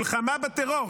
מלחמה בטרור,